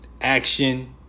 action